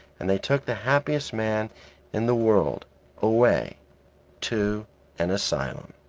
and they took the happiest man in the world away to an asylum.